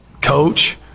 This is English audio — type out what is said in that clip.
coach